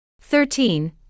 Thirteen